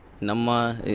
nama